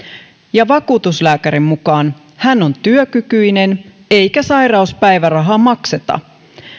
ja vakuutuslääkärin mukaan hän on työkykyinen eikä sairauspäivärahaa makseta